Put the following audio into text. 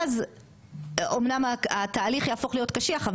ואז אמנם התהליך יהפוך להיות קשיח,